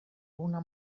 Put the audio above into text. una